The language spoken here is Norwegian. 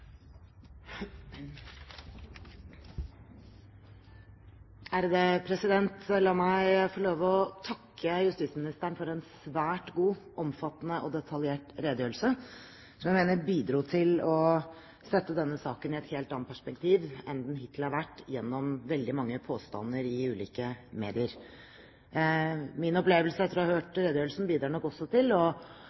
La meg få lov til å takke justisministeren for en svært god, omfattende og detaljert redegjørelse, som jeg mener bidro til å sette denne saken i et helt annet perspektiv enn det som hittil har vært gjort gjennom veldig mange påstander i ulike medier. Etter å ha hørt redegjørelsen er min opplevelse at den bidrar nok også til